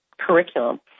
curriculum